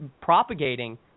propagating